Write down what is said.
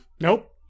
nope